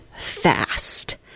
fast